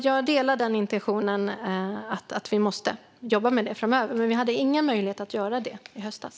Jag delar alltså intentionen att vi måste jobba med detta framöver. Men vi hade ingen möjlighet att göra det i höstas.